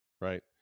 right